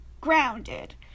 Grounded